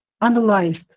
analyzed